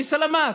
סלאמאת.